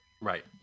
Right